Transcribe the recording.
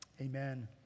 Amen